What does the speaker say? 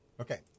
Okay